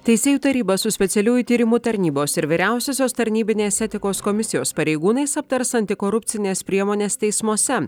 teisėjų taryba su specialiųjų tyrimų tarnybos ir vyriausiosios tarnybinės etikos komisijos pareigūnais aptars antikorupcines priemones teismuose